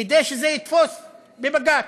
כדי שזה יתפוס בבג"ץ,